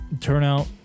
turnout